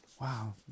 Wow